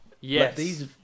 yes